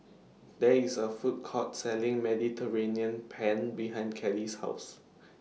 There IS A Food Court Selling Mediterranean Penne behind Callie's House